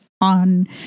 on